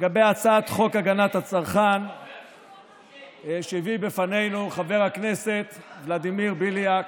להצעת חוק הגנת הצרכן שהביא בפנינו חבר הכנסת ולדימיר בליאק,